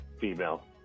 female